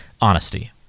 honesty